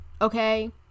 okay